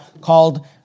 called